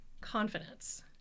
confidence